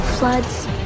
Floods